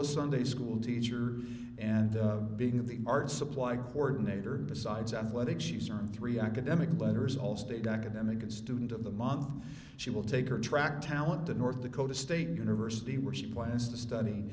a sunday school teacher and being the art supply coordinator besides athletics she's around three academic letters all state academic and student of the month she will take her track talent to north dakota state university where she plans to study